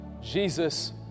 Jesus